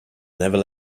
never